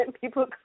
people